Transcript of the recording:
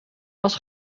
was